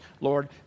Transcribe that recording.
Lord